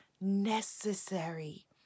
necessary